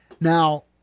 Now